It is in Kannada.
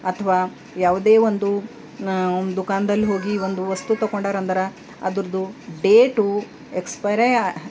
ಅಥ್ವಾ ಯಾವುದೇ ಒಂದು ದುಕಾನ್ದಲ್ಲಿ ಹೋಗಿ ಒಂದು ವಸ್ತು ತೊಗೊಂಡಾರಂದ್ರೆ ಅದ್ರದು ಡೇಟು ಎಕ್ಸ್ಪೈರೇ